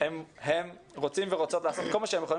הם רוצים ורוצות לעשות כל מה שהם יכולים